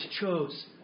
chose